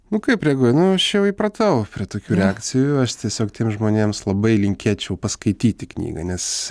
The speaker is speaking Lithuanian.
nu kaip reaguoju nu aš jau įpratau prie tokių reakcijų aš tiesiog tiems žmonėms labai linkėčiau paskaityti knygą nes